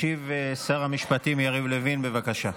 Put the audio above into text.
ישיב שר המשפטים יריב לוין, בבקשה.